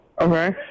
Okay